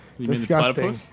Disgusting